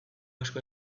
asko